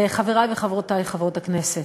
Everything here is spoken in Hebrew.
חברי וחברותי חברות הכנסת,